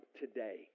today